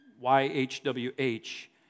Y-H-W-H